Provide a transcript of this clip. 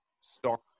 stock